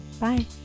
Bye